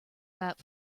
got